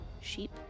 sheep